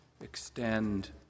extend